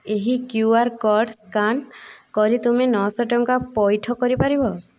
ଏହି Q R code scan କରି ତୁମେ ନଅଶହ ଟଙ୍କା ପଇଠ କରିପାରିବ